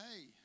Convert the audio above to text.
Hey